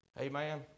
Amen